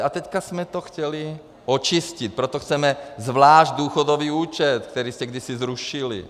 A teď jsme to chtěli očistit, proto chceme zvlášť důchodový účet, který jste kdysi zrušili.